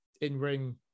in-ring